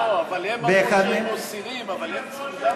לא, הם אמרו שהם מסירים, אבל הם צריכים גם לאשר.